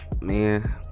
man